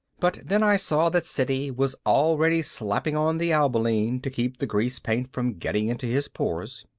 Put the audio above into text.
but then i saw that siddy was already slapping on the alboline to keep the grease paint from getting into his pores.